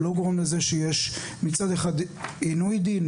לא גורם לזה שיש מצד אחד עינוי דין,